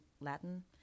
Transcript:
Latin